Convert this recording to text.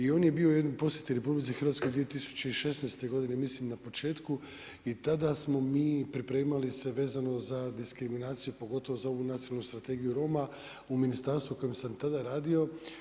I on je bio u jednoj posjeti RH 2016. godine mislim na početku i tada smo mi pripremali se vezano za diskriminaciju pogotovo za ovu Nacionalnu strategiju Roma u ministarstvu u kojem sam tada radio.